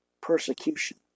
persecution